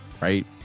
right